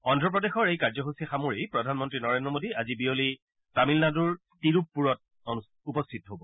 অদ্ৰপ্ৰদেশৰ এই কাৰ্যসূচী সামৰি প্ৰধানমন্ত্ৰী নৰেন্দ্ৰ মোদী আজি বিয়লি তামিলনাডুৰ তিৰুগ্পূৰত উপস্থিত হ'ব